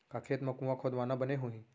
का खेत मा कुंआ खोदवाना बने होही?